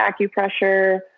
acupressure